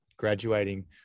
graduating